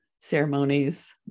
ceremonies